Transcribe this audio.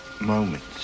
moments